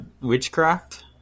witchcraft